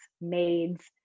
maids